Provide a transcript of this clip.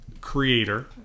creator